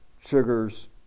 sugars